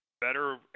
better